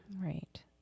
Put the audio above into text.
Right